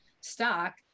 stock